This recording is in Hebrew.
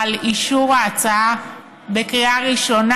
על אישור ההצעה בקריאה ראשונה.